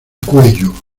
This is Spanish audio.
cuello